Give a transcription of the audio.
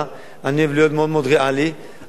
אני אוהב להיות מאוד מאוד ריאלי, אני לא חושב